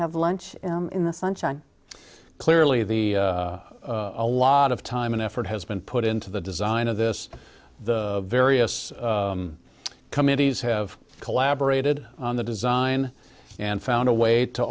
have lunch in the sunshine clearly the a lot of time and effort has been put into the design of this the various committees have collaborated on the design and found a way to